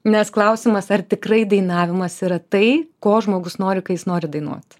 nes klausimas ar tikrai dainavimas yra tai ko žmogus nori kai jis nori dainuot